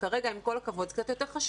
שכרגע, עם כל הכבוד, זה קצת יותר חשוב.